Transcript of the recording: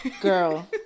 Girl